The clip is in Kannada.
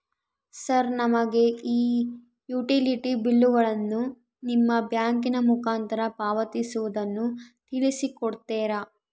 ಸರ್ ನಮಗೆ ಈ ಯುಟಿಲಿಟಿ ಬಿಲ್ಲುಗಳನ್ನು ನಿಮ್ಮ ಬ್ಯಾಂಕಿನ ಮುಖಾಂತರ ಪಾವತಿಸುವುದನ್ನು ತಿಳಿಸಿ ಕೊಡ್ತೇರಾ?